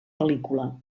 pel·lícula